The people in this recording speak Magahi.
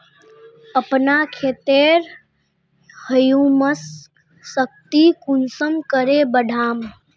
अपना खेतेर ह्यूमस शक्ति कुंसम करे बढ़ाम?